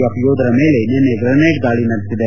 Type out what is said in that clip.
F ಯೋಧರ ಮೇಲೆ ನಿನ್ನೆ ಗ್ರೆನೇಡ್ ಧಾಳಿ ನಡೆಸಿದೆ